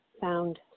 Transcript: found